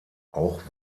auch